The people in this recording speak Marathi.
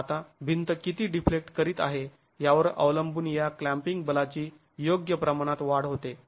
आता भिंत किती डिफ्लेक्ट करीत आहे यावर अवलंबून या क्लॅम्पींग बलाची योग्य प्रमाणात वाढ होते